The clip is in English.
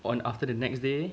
on after the next day